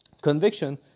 Conviction